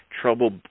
trouble